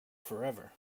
forever